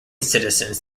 citizens